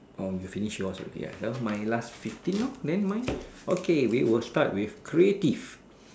oh you finish yours already ah left my last fifteen lor then mine okay we will start with creative